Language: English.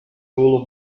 rule